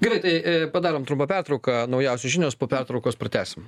gerai tai padarom trumpą pertrauką naujausios žinios po pertraukos pratęsim